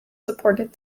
supported